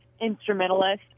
instrumentalist